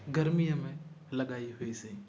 गर्मीअ में लॻाई हुईसी